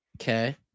Okay